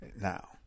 Now